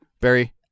Barry